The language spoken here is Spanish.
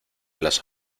las